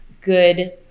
good